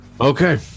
okay